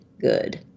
good